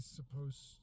supposed